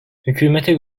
hükümete